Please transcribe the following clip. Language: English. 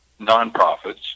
nonprofits